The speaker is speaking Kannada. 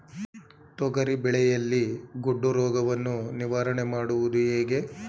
ತೊಗರಿ ಬೆಳೆಯಲ್ಲಿ ಗೊಡ್ಡು ರೋಗವನ್ನು ನಿವಾರಣೆ ಮಾಡುವುದು ಹೇಗೆ?